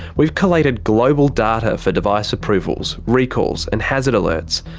we've collated global data for device approvals, recalls and hazard alerts.